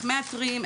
איך מאתרים,